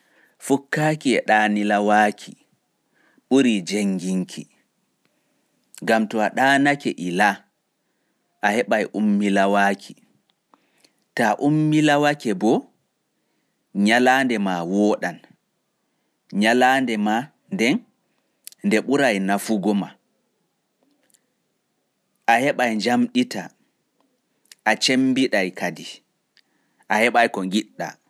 Fukkaaki e ɗaanilaaki ɓuri jennginki gam ta ɗaanolaake a heɓai ummilowaaki, ta ummiluwake bo nyalaande nden ɓurai nafugo ma. A yamɗitai, a cembiɗai kadi